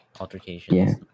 altercations